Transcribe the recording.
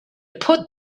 put